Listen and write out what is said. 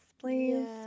please